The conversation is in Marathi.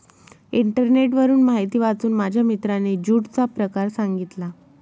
इंटरनेटवरून माहिती वाचून माझ्या मित्राने ज्यूटचा प्रकार सांगितला